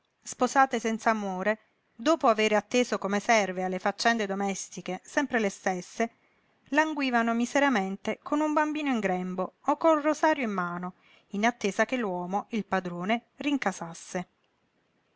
sposate senz'amore dopo avere atteso come serve alle faccende domestiche sempre le stesse languivano miseramente con un bambino in grembo o col rosario in mano in attesa che l'uomo il padrone rincasasse